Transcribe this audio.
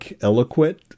eloquent